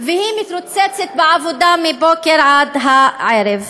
היא מתרוצצת בעבודה מהבוקר עד הערב.